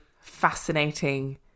fascinating